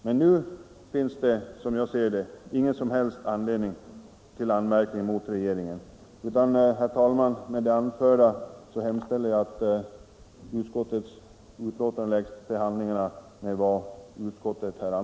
Men nu finns det som jag ser det ingen som helst anledning till anmärkning mot regeringen.